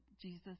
Jesus